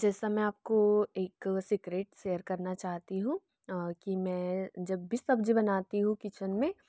जैसे मैं आपको एक सीक्रेट शेयर करना चाहती हूँ कि मैं जब भी सब्ज़ी बनाती हूँ किचन में